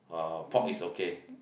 uh pork is okay